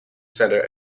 centre